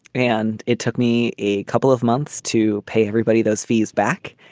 and it took me a couple of months to pay everybody those fees back.